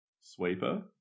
sweeper